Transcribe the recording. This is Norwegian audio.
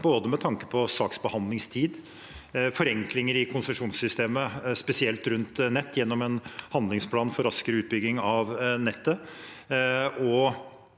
med tanke på både saksbehandlingstid og forenklinger i konsesjonssystemet, spesielt rundt nett, gjennom en handlingsplan for raskere utbygging av nettet